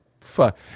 fuck